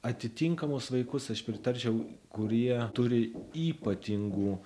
atitinkamus vaikus aš pritarčiau kurie turi ypatingų